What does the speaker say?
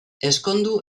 ezkondu